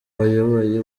bayoboye